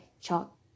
chalk